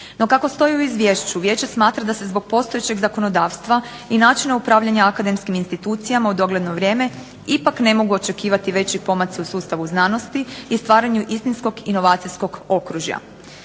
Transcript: No, kako stoji u izvješću vijeće smatra da se zbog postojećeg zakonodavstva i načinom upravljanja akademskim institucijama u dogledno vrijeme ipak ne mogu očekivati veći pomaci u sustavu znanosti i stvaranju istinskog inovacijskog okružja.